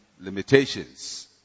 limitations